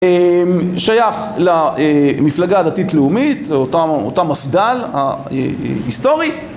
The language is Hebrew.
אמ..שייך למפלגה הדתית-לאומית זה אותה מפד"ל ההיסטורית